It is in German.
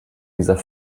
dieser